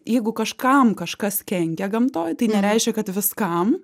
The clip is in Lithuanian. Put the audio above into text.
jeigu kažkam kažkas kenkia gamtoj tai nereiškia kad viskam